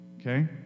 okay